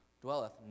dwelleth